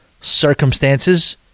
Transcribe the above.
circumstances